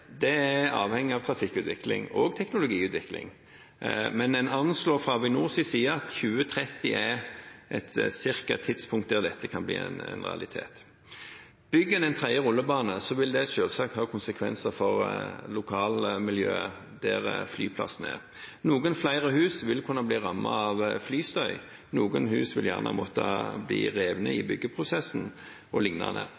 er avhengig av trafikkutvikling og teknologiutvikling. Men en anslår fra Avinors side at 2030 er et ca. tidspunkt da dette kan bli en realitet. Bygger en en tredje rullebane, vil det selvsagt har konsekvenser for lokalmiljøet der flyplassen er. Noen flere hus vil kunne bli rammet av flystøy, noen hus vil måtte bli revet i